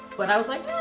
but i was like,